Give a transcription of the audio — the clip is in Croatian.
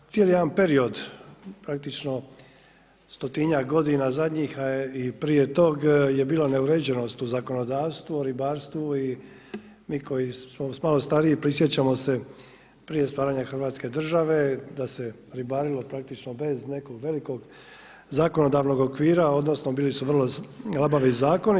Cijeli jedan period praktično stotinjak godina zadnjih, a i prije tog je bilo neuređenost u zakonodavstvu, ribarstvu i mi koji smo malo stariji prisjećamo se prije stvaranja Hrvatske države da se ribarilo praktično bez nekog velikog zakonodavnog okvira, odnosno bili su vrlo labavi zakoni.